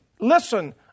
Listen